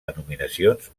denominacions